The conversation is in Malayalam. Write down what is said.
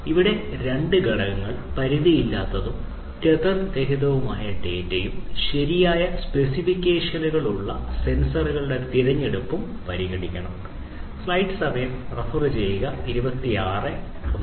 ഇവിടെ രണ്ട് ഘടകങ്ങൾ പരിധികളില്ലാത്തതും ടെതർ രഹിതവുമായ ഡാറ്റയും ശരിയായ സ്പെസിഫിക്കേഷനുകളുള്ള സെൻസറുകളുടെ തിരഞ്ഞെടുപ്പും പരിഗണിക്കണം